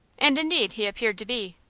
and indeed he appeared to be.